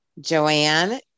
Joanne